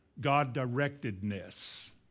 God-directedness